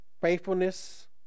faithfulness